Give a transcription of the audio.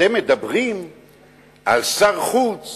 אתם מדברים על שר חוץ